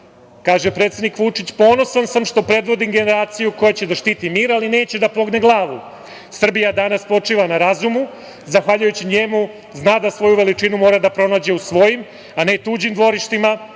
Kaže predsednik Vučić: „Ponosan sam što predvodim generaciju koja će da štiti mir, ali neće da pogne glavu. Srbija danas počiva na razumu, zahvaljujući njemu, zna da svoju veličinu mora da pronađe u svojim, a ne tuđim dvorištima,